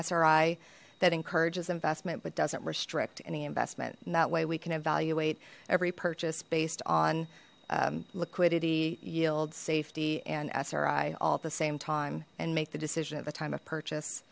s ri that encourages investment but doesn't restrict any investment in that way we can evaluate every purchase based on liquidity yield safety and s ri all at the same time and make the decision at the time of purchase